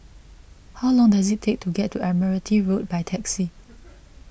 how long does it take to get to Admiralty Road by taxi